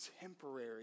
temporary